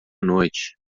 noite